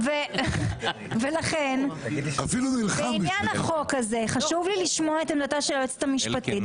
אפשר לפנות ליועצת המשפטית של הוועדה.